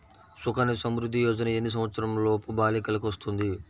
సుకన్య సంవృధ్ది యోజన ఎన్ని సంవత్సరంలోపు బాలికలకు వస్తుంది?